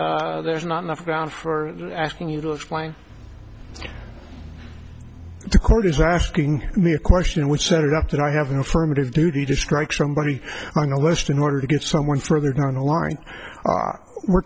there's not enough ground for asking you to explain the court is asking me a question would set it up that i have an affirmative duty to strike somebody on a list in order to get someone further down the line we're